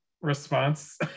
response